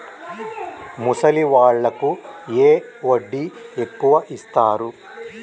ముసలి వాళ్ళకు ఏ వడ్డీ ఎక్కువ ఇస్తారు?